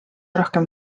rohkem